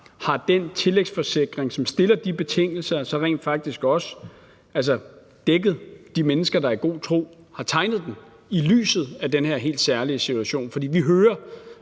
har den tillægsforsikring, som stiller de betingelser, så rent faktisk også dækket de mennesker, der i god tro har tegnet den i lyset af den her helt særlige situation? For vi hører